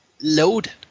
loaded